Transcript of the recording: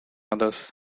others